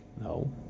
no